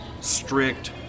strict